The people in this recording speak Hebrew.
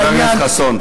חבר הכנסת חסון,